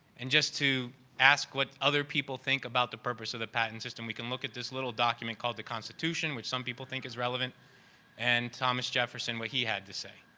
and just to ask what other people think about the purpose of the patent system, we can look at this little document called the constitution, which some people think is relevant and thomas jefferson what he had the say.